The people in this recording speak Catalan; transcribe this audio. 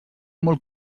molt